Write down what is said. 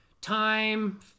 time